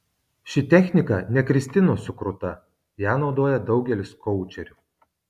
ši technika ne kristinos sukruta ją naudoja daugelis koučerių